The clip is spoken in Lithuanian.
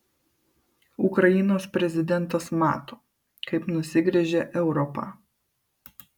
ukrainos prezidentas mato kaip nusigręžia europa